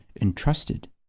entrusted